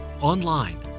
online